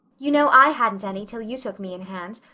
you know i hadn't any till you took me in hand.